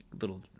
little